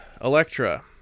Electra